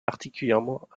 particulièrement